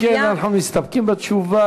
אם כן, אנחנו מסתפקים בתשובה.